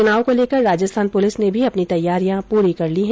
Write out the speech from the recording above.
चुनाव को लेकर राजस्थान पुलिस ने भी अपनी तैयारियां पूरी कर ली हैं